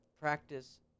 practice